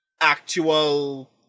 actual